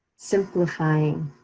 simplifying,